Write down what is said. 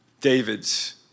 Davids